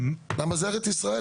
כי זה ארץ ישראל,